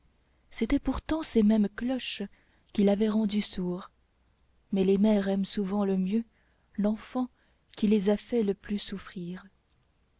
c'étaient pourtant ces mêmes cloches qui l'avaient rendu sourd mais les mères aiment souvent le mieux l'enfant qui les a fait le plus souffrir